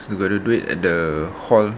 so better to do it at the hall